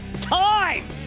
Time